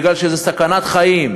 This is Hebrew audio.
כי זה סכנת חיים.